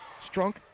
Strunk